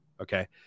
Okay